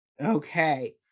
Okay